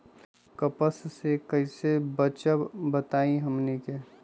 कपस से कईसे बचब बताई हमनी के?